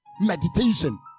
Meditation